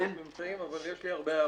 אבל יש לי הרבה הערות.